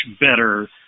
better